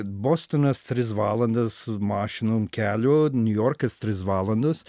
bostonas tris valandas mašinom kelio niujorkas tris valandas